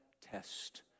test